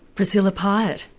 priscilla pyett.